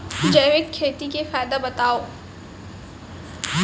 जैविक खेती के फायदा बतावा?